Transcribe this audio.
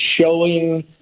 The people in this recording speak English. showing